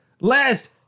last